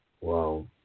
Wow